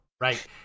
right